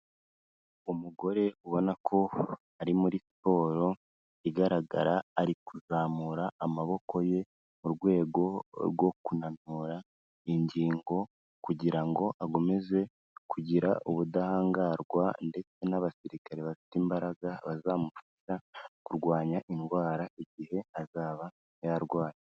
Umugore ubona ko ari muri siporo igaragara ari kuzamura amaboko ye, mu rwego rwo kunanura ingingo kugirango akomeze kugira ubudahangarwa ndetse n'abasirikare bafite imbaraga, bazamufasha kurwanya indwara igihe azaba yarwaye.